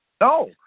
No